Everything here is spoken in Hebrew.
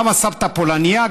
גם הסבתא הפולנייה,